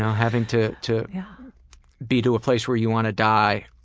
having to to yeah be to a place where you want to die,